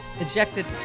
ejected